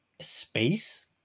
space